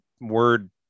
word